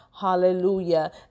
Hallelujah